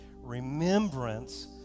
remembrance